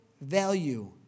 value